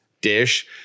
dish